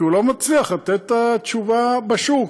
כי הוא לא מצליח לתת את התשובה בשוק.